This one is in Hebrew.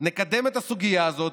נקדם את הסוגיה הזאת,